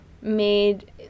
made